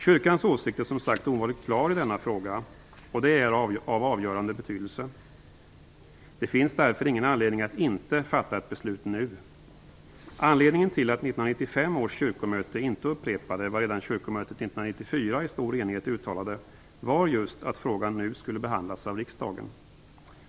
Kyrkans åsikt är som sagt ovanligt klar i denna fråga, och det är av avgörande betydelse. Det finns därför ingen anledning att inte fatta ett beslut nu. Anledningen till att 1995 års kyrkomöte inte upprepade vad redan kyrkomötet 1994 i stor enighet uttalade var just att frågan nu skulle behandlas av riksdagen.